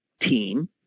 team